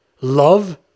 love